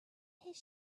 his